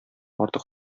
артык